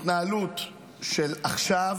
בהתנהלות של עכשיו,